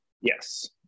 Yes